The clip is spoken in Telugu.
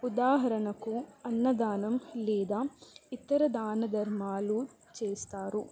ఉదాహరణకు అన్నదానం లేదా ఇతర దానధర్మాలు చేస్తారు